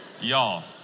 Y'all